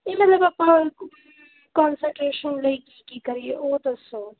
ਇਹ ਮਤਲਬ ਆਪਾਂ ਕੌਨਸਟਰੇਸ਼ਨ ਲਈ ਕੀ ਕੀ ਕਰੀਏ ਉਹ ਦੱਸੋ